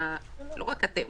זה לא רק אתם,